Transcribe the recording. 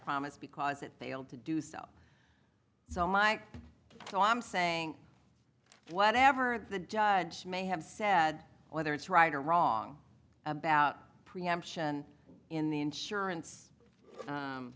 promise because it failed to do so so mike so i'm saying whatever the judge may have said whether it's right or wrong about preemption in the insurance